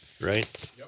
Right